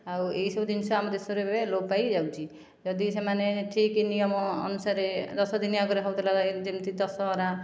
ଆଊ ଏହିସବୁ ଜିନିଷ ଆମ ଦେଶରେ ଏବେ ଲୋପ ପାଇଯାଉଛି ଯଦି ସେମାନେ ଠିକ ନିୟମ ଅନୁସାରେ ଦଶ ଦିନ ଆଗରୁ ହେଉଥିଲା ଏହି ଯେମିତି ଦଶହରା